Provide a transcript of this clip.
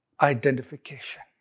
identification